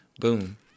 boom